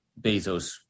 Bezos